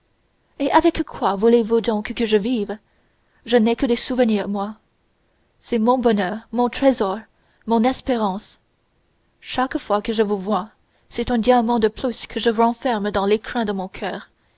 et avec quoi voulez-vous donc que je vive je n'ai que des souvenirs moi c'est mon bonheur mon trésor mon espérance chaque fois que je vous vois c'est un diamant de plus que je renferme dans l'écrin de mon coeur